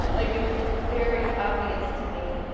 ah yeah it was very obvious to me